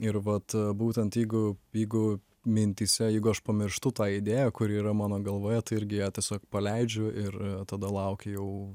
ir vat būtent jeigu jeigu mintyse jeigu aš pamirštu tą idėją kuri yra mano galvoje tai irgi ją tiesiog paleidžiu ir tada laukiu jau